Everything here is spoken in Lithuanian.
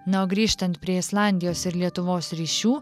na o grįžtant prie islandijos ir lietuvos ryšių